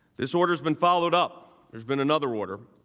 this order has been followed up there's been another order.